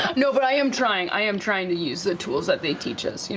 no, but i am trying, i am trying to use the tools that they teach us, you